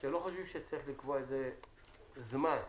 אתם לא חושבים שצריך לקבוע איזה זמן מסוים,